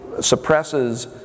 suppresses